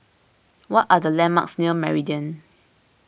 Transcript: what are the landmarks near Meridian